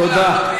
תודה.